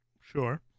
Sure